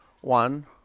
One